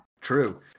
True